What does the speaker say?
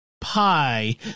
pie